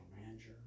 manager